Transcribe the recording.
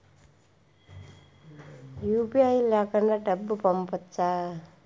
UPI లేకుండా డబ్బు పంపొచ్చా